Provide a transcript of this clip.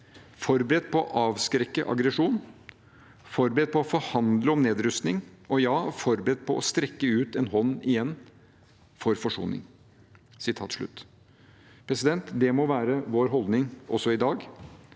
forberedt på å avskrekke aggresjon, forberedt på å forhandle om nedrustning, og ja – forberedt på å strekke ut en hånd igjen for forsoning. Det må være vår holdning også i dag